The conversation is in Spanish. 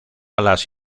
alas